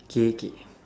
okay okay